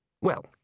Well